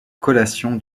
collation